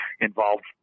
involved